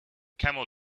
camel